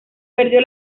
perdió